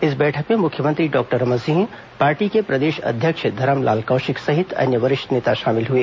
इस बैठक में मुख्यमंत्री डॉक्टर रमन सिंह पार्टी के प्रदेश अध्यक्ष धरमलाल कौशिक सहित अन्य वरिष्ठ नेता शामिल हए